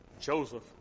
Joseph